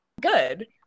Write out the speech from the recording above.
good